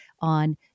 on